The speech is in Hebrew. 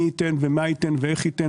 מי ייתן ומה ייתן ואיך ייתן.